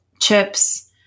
chips